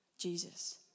Jesus